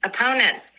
opponents